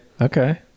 Okay